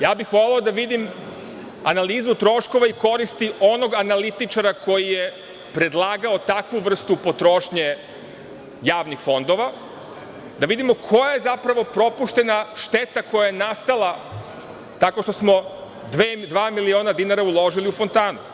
Voleo bih da vidim analizu troškova i koristi onog analitičara koji je predlagao takvu vrstu potrošnje javnih fondova, da vidimo koja je zapravo propuštena šteta koja je nastala tako što smo dva miliona dinara uložili u fontanu.